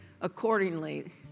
accordingly